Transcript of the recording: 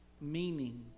meaning